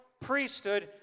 priesthood